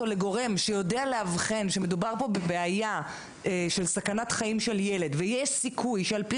לגורם שיודע לאבחן שמדובר פה בבעיה של סכנת חיים של ילד ויש סיכוי שעל-פי